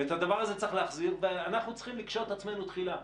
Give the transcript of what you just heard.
ואת הדבר הזה צריך להחזיר ואנחנו צריכים לקשוט עצמנו תחילה.